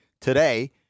today